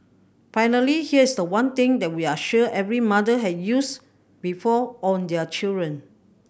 finally here's the one thing that we are sure every mother has used before on their children